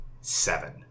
Seven